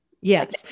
yes